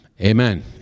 amen